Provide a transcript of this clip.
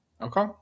Okay